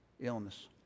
illness